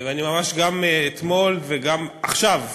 אני ממש, גם אתמול וגם עכשיו,